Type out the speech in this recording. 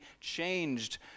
changed